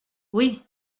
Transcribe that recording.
oui